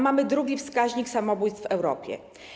Mamy drugi wskaźnik samobójstw w Europie.